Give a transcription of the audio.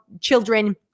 children